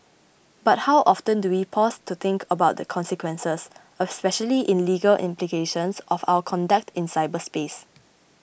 but how often do we pause to think about the consequences of especially in legal implications of our conduct in cyberspace